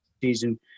season